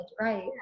right